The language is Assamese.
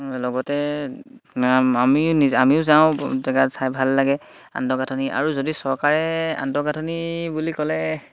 লগতে আমিও নিজ আমিও যাওঁ জেগাত ঠাই ভাল লাগে আন্তঃগাঁথনি আৰু যদি চৰকাৰে আন্তঃগাঁথনি বুলি ক'লে